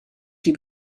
die